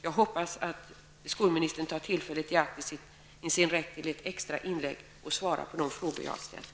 Jag hoppas att skolministern tar tillfället i akt och utnyttjar sin rätt till ett extra inlägg och att han svarar på de frågor jag har ställt.